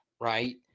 right